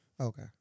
Okay